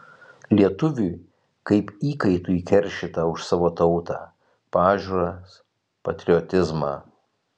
lietuviui kaip įkaitui keršyta už savo tautą pažiūras patriotizmą